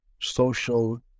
social